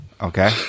Okay